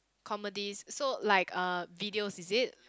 comedies so like uh videos is it